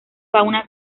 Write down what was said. fauna